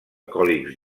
còlics